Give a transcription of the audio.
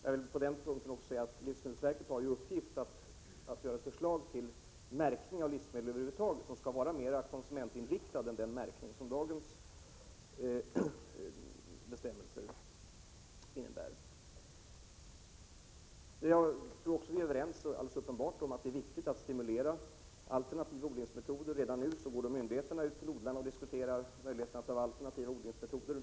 På den punkten vill jag säga att livsmedelsverket har i uppgift att göra upp ett förslag till märkning av livsmedel över huvud taget som skall vara mera konsumentinriktat än vad dagens bestämmelser innebär. Vi är också uppenbart överens om att det är viktigt att stimulera alternativa odlingsmetoder. Redan nu går myndigheterna ut till odlarna och diskuterar möjligheten att driva alternativ odling.